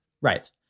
Right